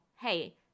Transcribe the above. Hey